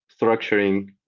structuring